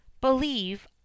believe